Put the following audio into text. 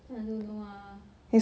I don't know ah